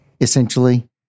essentially